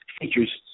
features